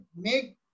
make